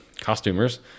costumers